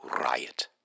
Riot